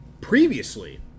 previously